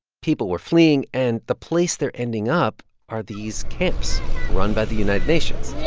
people were fleeing, and the place they're ending up are these camps run by the united nations